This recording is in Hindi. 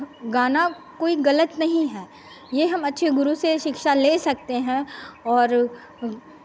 गाना कोई गलत नहीं है ये हम अच्छे गुरु से शिक्षा ले सकते हैं और